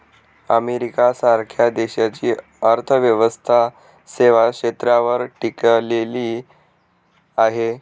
America सारख्या देशाची अर्थव्यवस्था सेवा क्षेत्रावर टिकलेली आहे